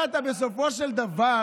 לא שמעתי את קרעי.